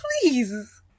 Please